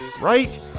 right